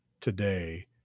today